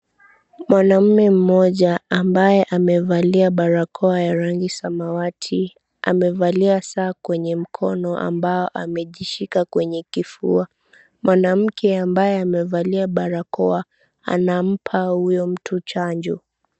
Mwanamume mmoja, ambaye amevalia barakoa ya rangi samawati, amevalia saa kwenye mkono ambao amejishika kwenye kifua. Mwanamke ambaye amevalia barakoa anampa huyo mtu chanjo.